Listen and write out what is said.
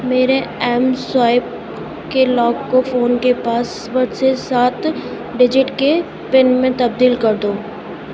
میرے ایم سوائیپ کے لاک کو فون کے پاسورڈ سے سات ڈجٹ کے پن میں تبدیل کر دو